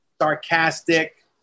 sarcastic